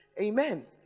Amen